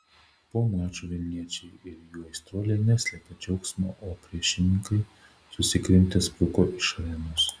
po mačo vilniečiai ir jų aistruoliai neslėpė džiaugsmo o priešininkai susikrimtę spruko iš arenos